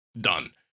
done